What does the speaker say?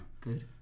Good